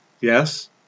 Yes